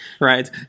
right